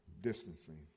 distancing